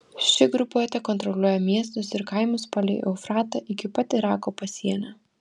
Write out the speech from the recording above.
ši grupuotė kontroliuoja miestus ir kaimus palei eufratą iki pat irako pasienio